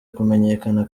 kumenyekana